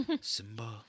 Simba